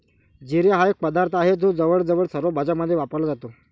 जिरे हा एक पदार्थ आहे जो जवळजवळ सर्व भाज्यांमध्ये वापरला जातो